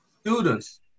students